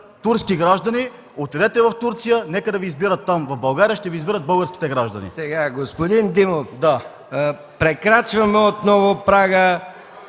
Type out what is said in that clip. турски граждани, отидете в Турция, нека да Ви избират там. В България ще Ви избират българските граждани.